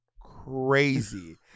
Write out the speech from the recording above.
crazy